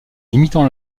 limitant